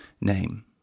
name